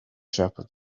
shepherd